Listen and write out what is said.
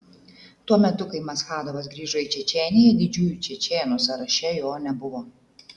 tuo metu kai maschadovas grįžo į čečėniją didžiųjų čečėnų sąraše jo nebuvo